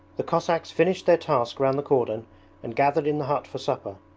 the cossacks finished their task round the cordon and gathered in the hut for supper.